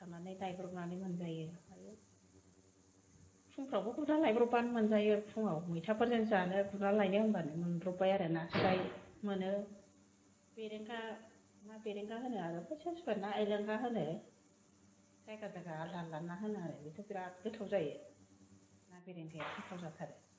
सारनानै लायब्रबनानै मोनजायो ओमफ्राय फुंफ्रावबो गुरना लायब्रबबानो मोनजायो फुङाव मैथैफोरजों जानो गुरना लायनो होनाबानो मोनब्रबाय आरो नास्राइ मोनो बेरेंगा ना बेरेंगा होनो आरो सोरबा सोरबा ना एलेंगा होनो जायगा जायगा आलदा आलदा ना होनो आरो बेथ' बेराद गोथाव जायो ना बेरेंगाया गोथाव जाथारो